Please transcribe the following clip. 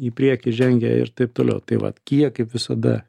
į priekį žengia ir taip toliau tai vat kia kaip visada